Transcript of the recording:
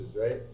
right